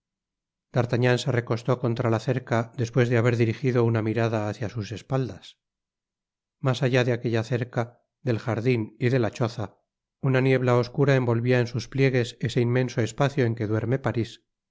d'artagnan se recostó contra la cerca despues de haber dirijido una mirada bácia sus espaldas mas allá de aquella cerca del jardín y de la choza ana niebla oscura envolvía en sus pliegues ese inmenso espacio en que duerme parís